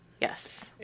Yes